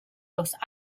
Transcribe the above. los